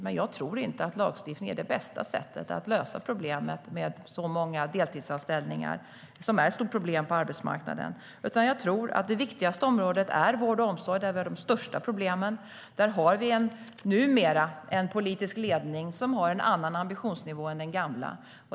Men jag tror inte att lagstiftning är det bästa sättet att lösa problemet med så många deltidsanställningar, som är ett stort problem på arbetsmarknaden. Jag tror att det viktigaste området är vård och omsorg, där vi har de största problemen. Där har vi numera en politisk ledning som har en annan ambitionsnivå än den gamla.